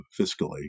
fiscally